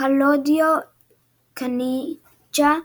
קלאודיו קאניג'ה,